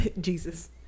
jesus